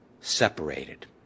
separated